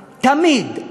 תמיד,